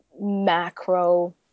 macro